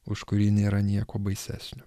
už kurį nėra nieko baisesnio